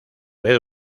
vez